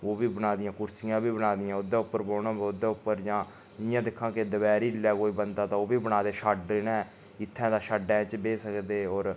ओह् बी बनाई दियां कुर्सियां बी बनाई दियां ओह्दे उप्पर बौह्ना ओह्दे उप्पर जां इ'यां दिक्खां के दपैह्रीं'ले कोई बन्दा तां ओह् बी बनाई दे शैड ने इत्थै ते इत्थै शैड च बेही सकदे होर